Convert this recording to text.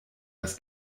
das